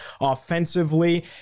offensively